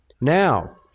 Now